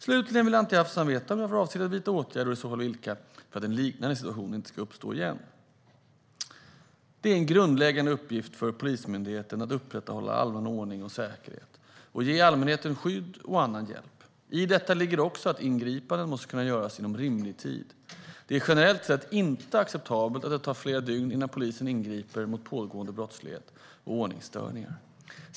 Slutligen vill Anti Avsan veta om jag har för avsikt att vidta åtgärder - och i så fall vilka - för att en liknande situation inte ska uppstå igen. Det är en grundläggande uppgift för Polismyndigheten att upprätthålla allmän ordning och säkerhet och ge allmänheten skydd och annan hjälp. I detta ligger också att ingripanden måste kunna göras inom rimlig tid. Det är generellt sett inte acceptabelt att det tar flera dygn innan polisen ingriper mot pågående brottslighet och ordningsstörningar.